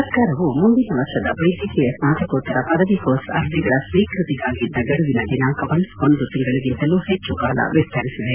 ಸರ್ಕಾರವು ಮುಂದಿನ ವರ್ಷದ ವೈದ್ಯಕೀಯ ಸ್ನಾತಕೋತ್ತರ ಪದವಿ ಕೋರ್ಸ್ ಅರ್ಜಿಗಳ ಸ್ವೀಕೃತಿಗಾಗಿ ಇದ್ದ ಗಡುವಿನ ದಿನಾಂಕವನ್ನು ಒಂದು ತಿಂಗಳಗಿಂತಲೂ ಹೆಚ್ಚು ಕಾಲ ವಿಸ್ತರಿಸಿದೆ